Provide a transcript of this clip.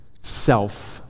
self